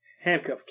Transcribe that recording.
handcuff